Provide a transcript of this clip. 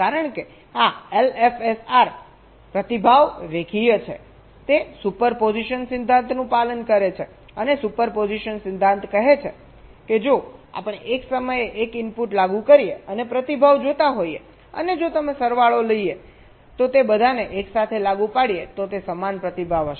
કારણ કે આ એલએફએસઆર પ્રતિભાવ રેખીય છે તે સુપરપોઝિશન સિદ્ધાંતનું પાલન કરે છે અને સુપરપોઝિશન સિદ્ધાંત કહે છે કે જો આપણે એક સમયે એક ઇનપુટ લાગુ કરીએ અને પ્રતિભાવ જોતા હોઈએ અને જો તમે સરવાળો લઈએ તો તે બધાને એકસાથે લાગુ પાડીએ તો તે સમાન પ્રતિભાવ હશે